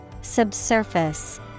Subsurface